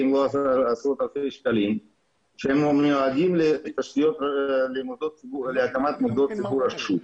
ומדובר בעשרות אלפי שקלים שמיועדים להקמת מוסדות ציבור ברשות.